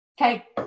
okay